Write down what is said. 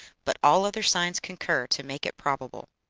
but all other signs concur to make it probable.